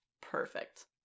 Perfect